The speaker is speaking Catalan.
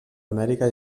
amèrica